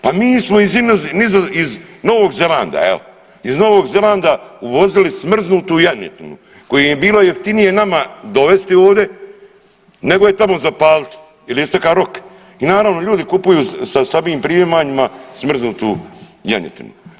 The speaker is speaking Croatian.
Pa mi smo iz Novog Zelanda evo, iz Novog Zelanda uvozili smrznutu janjetinu koju im je bilo jeftinije nama dovesti ovdje nego je tamo zapalit jel je istekao rok i naravno ljudi kupuju sa slabim primanjima smrznutu janjetinu.